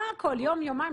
יום-יומיים,